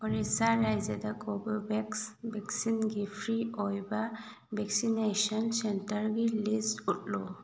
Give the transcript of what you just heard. ꯑꯣꯔꯤꯁꯥ ꯔꯥꯏꯖ꯭ꯌꯥꯗ ꯀꯣꯚꯣꯚꯦꯛꯁ ꯚꯦꯛꯁꯤꯟꯒꯤ ꯐ꯭ꯔꯤ ꯑꯣꯏꯕ ꯚꯦꯛꯁꯤꯅꯦꯁꯟ ꯁꯦꯟꯇꯔꯒꯤ ꯂꯤꯁ ꯎꯠꯂꯨ